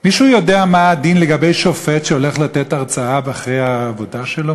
מישהו יודע מה הדין לגבי שופט שהולך לתת הרצאה אחרי העבודה שלו?